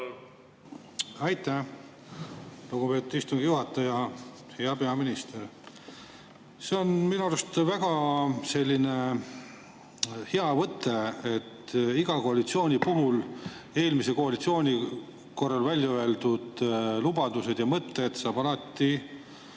Aitäh! Lugupeetud istungi juhataja! Hea peaminister! See on minu arust väga hea võte, et iga koalitsiooni puhul saab eelmise koalitsiooni ajal välja öeldud lubaduste ja mõtete kohta alati